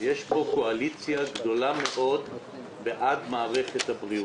יש פה קואליציה גדולה מאד בעד מערכת הבריאות,